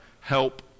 help